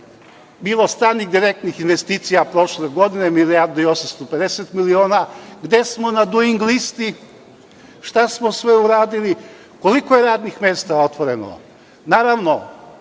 bilo stranih direktnih investicija prošle godine, milijardu i 850 miliona, gde smo na Duing listi, šta smo sve uradili, koliko je radnih mesta otvoreno.